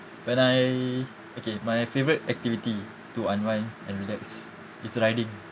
when I okay my favourite activity to unwind and relax is riding